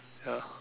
ya